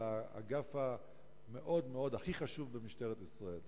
של האגף הכי חשוב במשטרת ישראל.